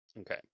Okay